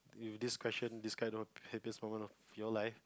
you this question this kind of happiest moment of your life